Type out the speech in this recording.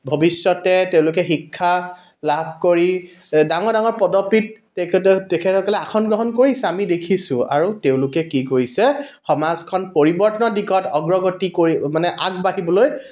ভৱিষ্যতে তেওঁলোকে শিক্ষা লাভ কৰি ডাঙৰ ডাঙৰ পদবীত তেখেতে তেখেতসকলে আসন গ্ৰহণ কৰিছে আমি দেখিছোঁ আৰু তেওঁলোকে কি কৰিছে সমাজখন পৰিৱৰ্তনৰ দিশত অগ্ৰগতি কৰি মানে আগবাঢ়িবলৈ